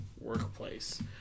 workplace